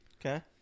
Okay